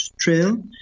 trail